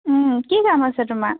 কি কাম আছে তোমাৰ